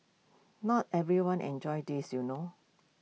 not everyone enjoys this you know